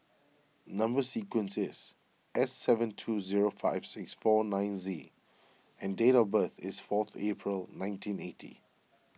Number Sequence is S seven two zero five six four nine Z and date of birth is fourth April nineteen eighty